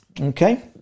okay